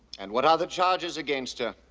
and what are the charges against her?